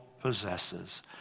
possesses